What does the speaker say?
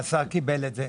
והשר קיבל את זה,